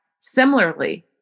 similarly